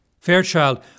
Fairchild